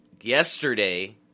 yesterday